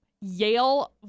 Yale